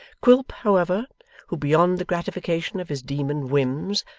quilp, however who, beyond the gratification of his demon whims,